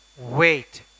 wait